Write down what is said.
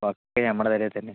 ഒക്കെയും നമ്മുടെ തലയിൽത്തന്നെ